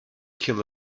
kill